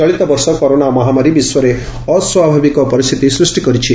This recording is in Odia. ଚଳିତବର୍ଷ କରୋନା ମହାମାରୀ ବିଶ୍ୱରେ ଅସ୍ୱାଭାବିକ ପରିସ୍ତିତି ସୃଷି କରିଛି